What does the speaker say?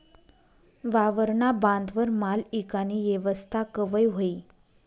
वावरना बांधवर माल ईकानी येवस्था कवय व्हयी?